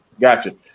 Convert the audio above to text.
Gotcha